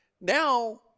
Now